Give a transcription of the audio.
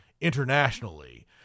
internationally